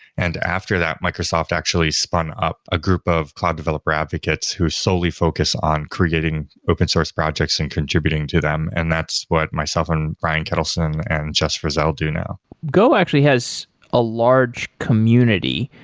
and after that, microsoft actually spun up a group of cloud developer advocates who solely focus on creating open source projects and contributing to them. and that's what myself and brian ketelsen and jessie frazelle do now go actually has a large community.